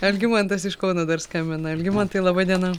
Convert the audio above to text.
algimantas iš kauno dar skambina algimantai laba diena